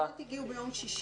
כן, כי התקנות הגיעו ביום שישי.